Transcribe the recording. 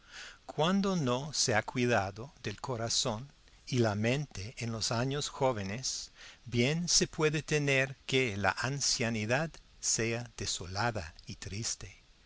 cuando no se ha cuidado del corazón y la mente en los años jóvenes bien se puede temer que la ancianidad sea desolada y triste